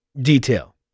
detail